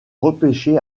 repêché